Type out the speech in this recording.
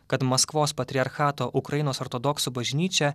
kad maskvos patriarchato ukrainos ortodoksų bažnyčia